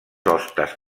hostes